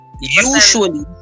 Usually